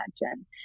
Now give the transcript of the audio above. imagine